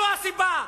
זו הסיבה.